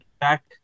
back